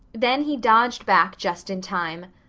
then he dodged back just in time.